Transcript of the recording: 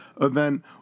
event